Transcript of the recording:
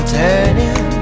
turning